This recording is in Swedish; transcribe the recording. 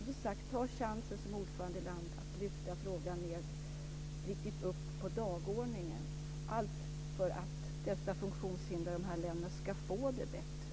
Som sagt: Ta chansen som ordförandeland att riktigt lyfta upp frågan på dagordningen för att de funktionshindrade i de här länderna ska få det bättre.